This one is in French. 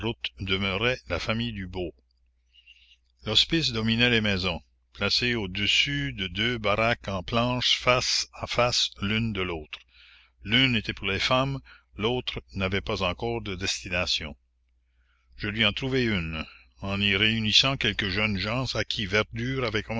demeurait la famille dubos l'hospice dominait les maisons placé au-dessus de deux baraques en planches face à face l'une de l'autre l'une était pour les femmes l'autre n'avait pas encore de destination je lui en trouvai une en y réunissant quelques jeunes gens à qui verdure avait